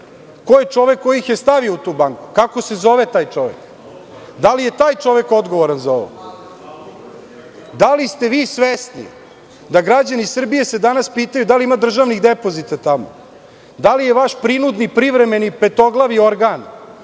Ko je čovek koji ih je stavio u tu banku? Kako se zove taj čovek? Da li je taj čovek odgovoran za ovo? Da li ste svesni da se građani Srbije danas pitaju da li ima državnih depozita tamo? Da li je vaš prinudni privremeni petoglavi ogran